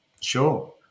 Sure